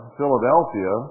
Philadelphia